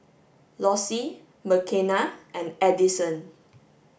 Lossie Makena and Adison